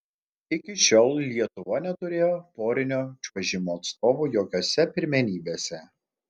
iki šiol lietuva neturėjo porinio čiuožimo atstovų jokiose pirmenybėse